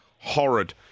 Horrid